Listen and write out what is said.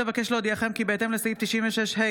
בנושא: קמפיין מפעל הפיס בשיתוף משרדי